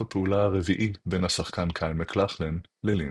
הפעולה הרביעי בין השחקן קייל מקלכלן ללינץ'.